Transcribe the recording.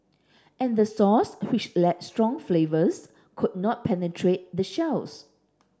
and the sauce which lacked strong flavours could not penetrate the shells